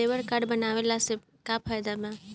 Labour card बनवाला से का फायदा बा?